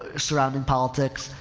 surrounding politics.